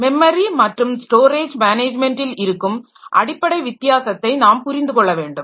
memory மற்றும் storage மேனேஜ்மென்டில் இருக்கும் அடிப்படை வித்தியாசத்தை நாம் புரிந்து கொள்ள வேண்டும்